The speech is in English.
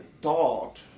thought